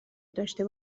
داشته